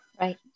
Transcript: Right